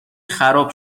خراب